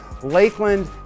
Lakeland